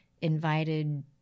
invited